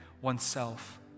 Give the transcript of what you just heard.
oneself